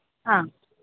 हा